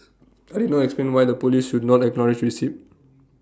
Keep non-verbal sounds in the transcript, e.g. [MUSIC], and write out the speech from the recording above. [NOISE] I did not explain why the Police would not acknowledge receipt